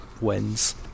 wins